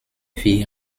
wie